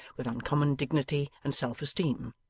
with uncommon dignity and self-esteem.